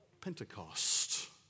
Pentecost